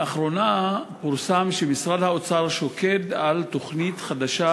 לאחרונה פורסם שמשרד האוצר שוקד על תוכנית חדשה